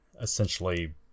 essentially